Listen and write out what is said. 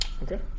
Okay